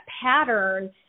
pattern